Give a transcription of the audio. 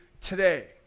today